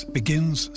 begins